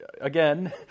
again